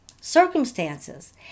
circumstances